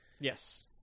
Yes